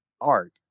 art